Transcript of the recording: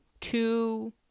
two